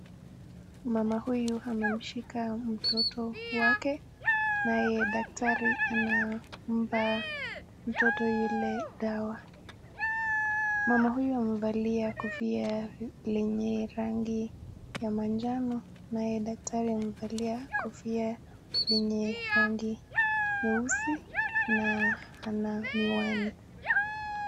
Mama huyu amemshika mtoto wake, naye daktari anampa mtoto ile dawa. Mama huyu amevalia kofia lenye rangi ya manjano naye daktari amevalia kofia lenye rangi nyeusi na ana miwani.